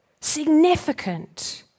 significant